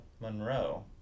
Monroe